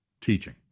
teaching